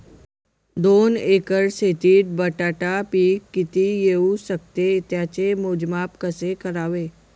दोन एकर शेतीत बटाटा पीक किती येवू शकते? त्याचे मोजमाप कसे करावे?